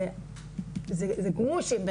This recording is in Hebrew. זה גרושים,